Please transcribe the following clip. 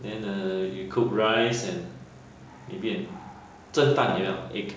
then uh you cook rice and maybe and 蒸蛋有没有 egg